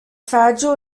fragile